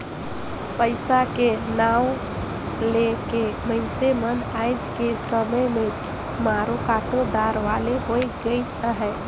पइसा के नांव ले के मइनसे मन आएज के समे में मारो काटो दार वाले होए गइन अहे